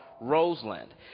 Roseland